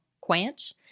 quench